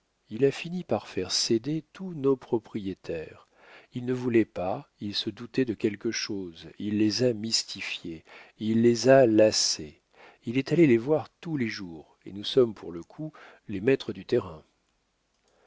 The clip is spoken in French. il a fini par faire céder tous nos propriétaires ils ne voulaient pas ils se doutaient de quelque chose il les a mystifiés il les a lassés il est allé les voir tous les jours et nous sommes pour le coup les maîtres du terrain